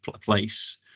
place